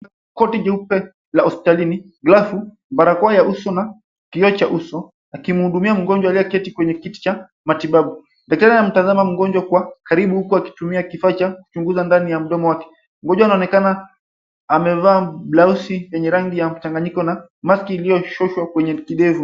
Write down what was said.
Koti jeupe la hospitalini glavu, barakoa ya uso na kioo cha uso . Akimuhudumia mgonjwa aliketi kwenye kiti cha matibabu. Daktari anamtazama mgonjwa kwa karibu huku akitumia kifaa cha kuchunguza ndani ya mdomo wake. Mgonjwa anaonekana amevaa blausi yenye rangi ya mchanganyiko na maski iliyoshushwa kwenye kidevu.